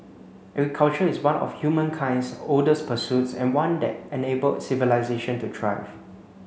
agriculture is one of humankind's oldest pursuits and one that enabled civilisation to thrive